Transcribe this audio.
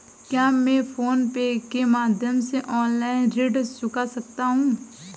क्या मैं फोन पे के माध्यम से ऑनलाइन ऋण चुका सकता हूँ?